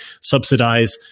subsidize